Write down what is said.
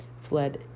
fled